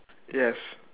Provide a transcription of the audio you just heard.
yes